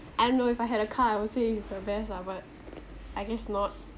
I know if I had a car I would say it's the best lah but I guess not